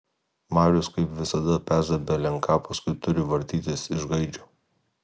marius kaip visada peza belen ką paskui turi vartytis iš gaidžio